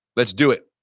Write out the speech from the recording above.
let's do it.